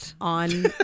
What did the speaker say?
on